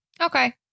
Okay